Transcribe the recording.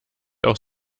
auch